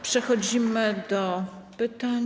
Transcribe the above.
Przechodzimy do pytań.